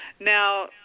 Now